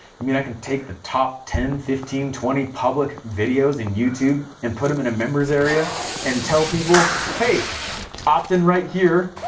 you mean i can take the top fifteen, twenty public videos in youtube and put em in a members area and tell people, hey opt in right here,